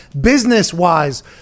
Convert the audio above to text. business-wise